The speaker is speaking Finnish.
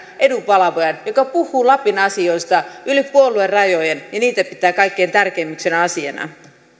edunvalvojan joka puhuu lapin asioista yli puoluerajojen ja pitää niitä kaikkein tärkeimpinä asioina